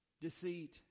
Deceit